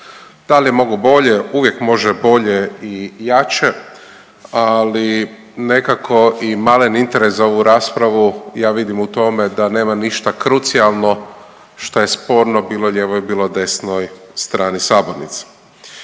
Da li je moglo bolje? Uvijek može bolje i jače, ali nekako i malen interes za ovu raspravu ja vidim u tome da nema ništa krucijalno što je sporno, bilo lijevoj, bilo desnoj strani sabornice.